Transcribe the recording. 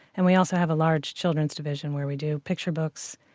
and we also have a large children's division where we do picture books,